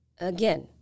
Again